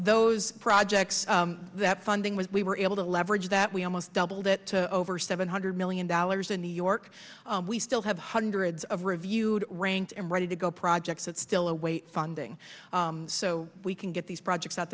those projects that funding was we were able to leverage that we almost doubled it over seven hundred million dollars in new york we still have hundreds of review ranks and ready to go projects that still await funding so we can get these projects out